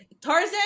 Tarzan